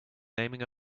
naming